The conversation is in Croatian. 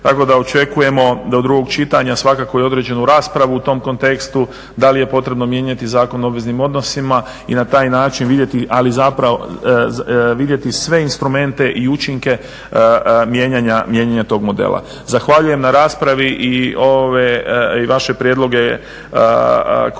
tako da očekujemo da od drugog čitanja, svakako određenu raspravu u tom kontekstu, da li je potrebno mijenjati Zakon o obveznim odnosima i na taj način vidjeti, ali zapravo vidjeti sve instrumente i učinke mijenjanja tog modela. Zahvaljujem na raspravi i vaše prijedloge koji su